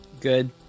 Good